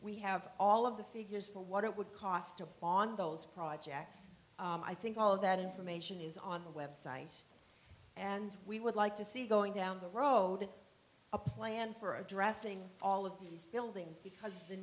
we have all of the figures for what it would cost to on those projects i think all of that information is on the website and we would like to see going down the road a plan for addressing all of these buildings because the